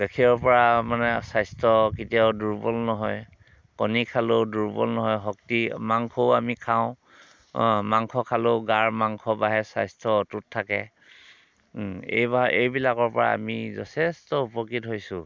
গাখীৰৰ পৰা মানে স্বাস্থ্য কেতিয়াও দুৰ্বল নহয় কণী খালেও দুৰ্বল নহয় শক্তি মাংসও আমি খাওঁ মাংস খালেও গাৰ মাংস বাঢ়ে স্বাস্থ্য অটুত থাকে এইবাৰ এইবিলাকৰ পৰা আমি যথেষ্ট উপকৃত হৈছোঁ